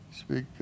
Speak